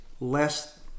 less